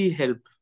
help